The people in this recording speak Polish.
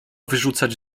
wyrzucać